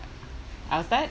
I'll start